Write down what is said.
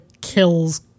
kills